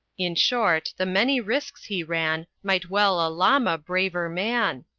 in short, the many risks he ran might well a llama braver man